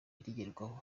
ritagerwaho